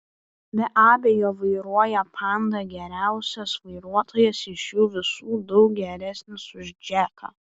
be abejo vairuoja panda geriausias vairuotojas iš jų visų daug geresnis už džeką